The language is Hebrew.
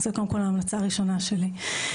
זו קודם כל ההמלצה הראשונה שלי.